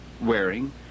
wearing